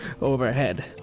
overhead